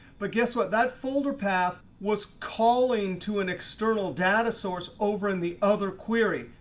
but guess what? that folder path was calling to an external data source over in the other query.